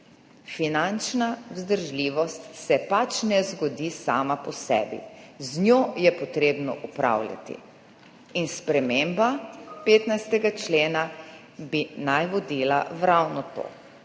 Finančna vzdržljivost se pač ne zgodi sama po sebi. Z njo je potrebno upravljati. Sprememba 15. člena naj bi vodila ravno v to.